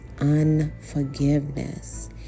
unforgiveness